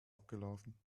abgelaufen